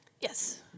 Yes